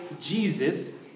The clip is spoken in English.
Jesus